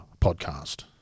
podcast